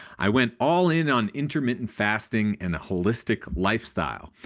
i went all in on intermittent fasting and a holistic lifestyle.